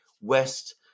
West